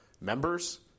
members